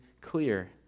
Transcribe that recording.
clear